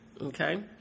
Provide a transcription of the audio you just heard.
okay